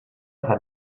fan